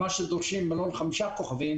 מה שדורשים ממלון חמישה כוכבים,